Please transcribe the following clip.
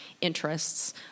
interests